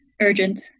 urgent